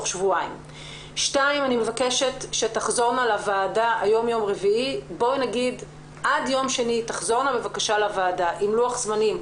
אני מבקשת שתחזורנה לוועדה עד יום שני עם לוח זמנים,